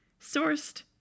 sourced